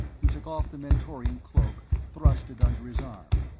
he took off the mentorian cloak, thrust it under his arm.